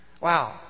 Wow